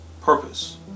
purpose